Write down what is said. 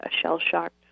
shell-shocked